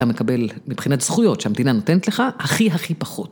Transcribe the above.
אתה מקבל מבחינת זכויות שהמדינה נותנת לך הכי הכי פחות.